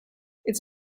its